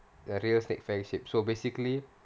the real snake fang shape so basically